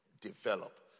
develop